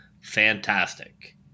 fantastic